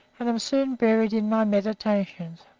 and am soon buried in my meditations.